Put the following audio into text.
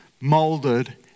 moulded